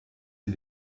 sie